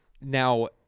Now